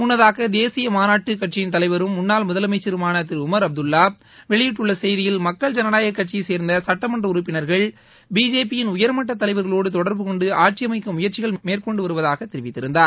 முன்னதாக தேசிய மாநாட்டு கட்சியின் தலைவரும் முன்னாள் முதலமைச்சருமான திரு உமர் அப்துல்லா வெளியிட்டுள்ள செய்தியில் உறுப்பினர்கள்பிஜேபியின் உயர்மட்ட தலைவர்களோடு தொடர்பு கொண்டு ஆட்சி அமைக்க முயற்சிகள் மேற்கொண்டு வருவதாக தெரிவித்திருந்தார்